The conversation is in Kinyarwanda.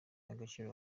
agaciro